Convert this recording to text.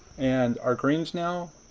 and our greens now?